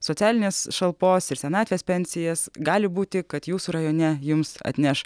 socialinės šalpos ir senatvės pensijas gali būti kad jūsų rajone jums atneš